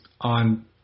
on